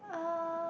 uh